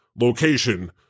location